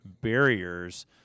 barriers